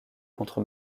contre